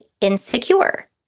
insecure